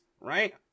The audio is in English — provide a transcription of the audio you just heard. right